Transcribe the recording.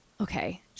Okay